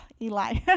Eli